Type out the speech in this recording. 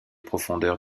profondeurs